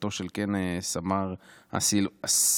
נפילתו של סמ"ר אסיל סואעד.